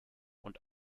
und